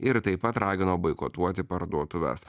ir taip pat ragino boikotuoti parduotuves